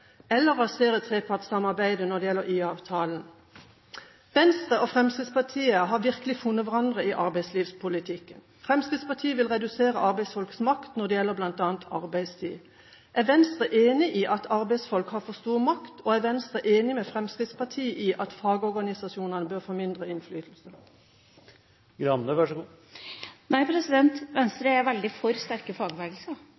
eller rasere trepartssamarbeidet når det gjelder IA-avtalen. Venstre og Fremskrittspartiet har virkelig funnet hverandre i arbeidslivspolitikken. Fremskrittspartiet vil redusere arbeidsfolks makt bl.a. når det gjelder arbeidstid. Er Venstre enig i at arbeidsfolk har for stor makt? Og er Venstre enig med Fremskrittspartiet i at fagorganisasjonene bør få mindre innflytelse? Nei.